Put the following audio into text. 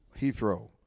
Heathrow